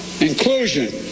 inclusion